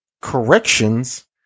corrections